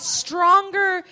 stronger